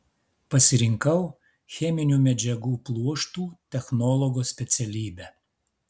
pasirinkau cheminių medžiagų pluoštų technologo specialybę